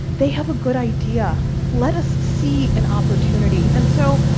they have a good idea. let us see an opportunity. and so,